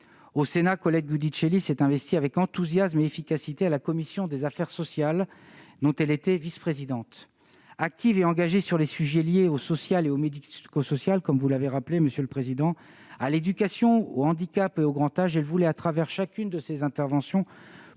Au Sénat, Colette Giudicelli s'est investie avec enthousiasme et efficacité à la commission des affaires sociales, dont elle a été vice-présidente. Active et engagée sur les sujets liés au social et au médico-social, comme vous l'avez rappelé, monsieur le président, à l'éducation, au handicap et au grand âge, elle voulait, au travers de chacune de ses interventions,